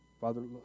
Father